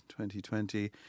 2020